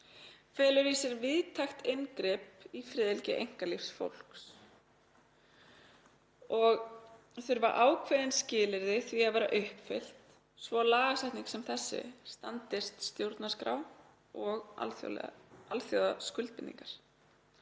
felur í sér víðtækt inngrip í friðhelgi einkalífs fólks og þurfa ákveðin skilyrði því að vera uppfyllt svo að lagasetning sem þessi standist stjórnarskrá og alþjóðlega alþjóðaskuldbindingar.